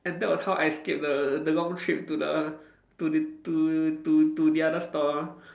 and that was how I escaped the the long trip to the to the to to to the other store